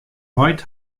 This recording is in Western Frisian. heit